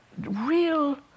real